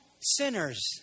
sinners